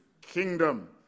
kingdom